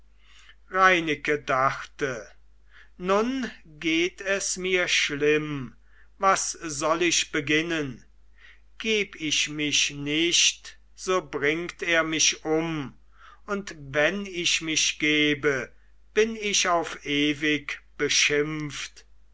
reineke dachte nun geht es mir schlimm was soll ich beginnen geb ich mich nicht so bringt er mich um und wenn ich mich gebe bin ich auf ewig beschimpft